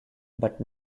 but